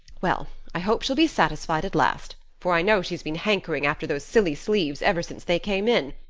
well, i hope she'll be satisfied at last, for i know she's been hankering after those silly sleeves ever since they came in,